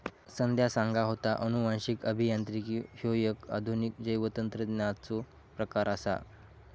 संध्या सांगा होता, अनुवांशिक अभियांत्रिकी ह्यो एक आधुनिक जैवतंत्रज्ञानाचो प्रकार आसा